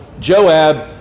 Joab